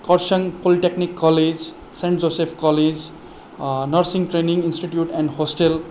Kurseong polytechnic college saint Joseph college nursing training institute and hostel